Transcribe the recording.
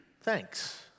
Thanks